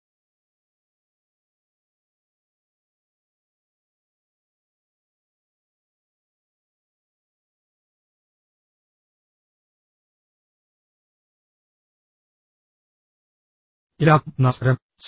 എല്ലാവർക്കും നമസ്കാരം